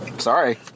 Sorry